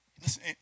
Listen